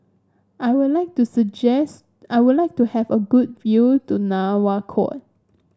I would like to suggest I would like to have a good view to Nouakchott